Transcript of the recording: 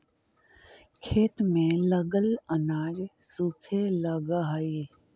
खेत में लगल अनाज सूखे लगऽ हई